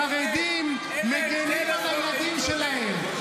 החרדים מגינים על הילדים שלהם,